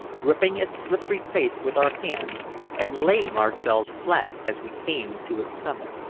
gripping its slippery face with our hands and laying ourselves flat as we came to its summit.